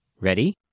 Ready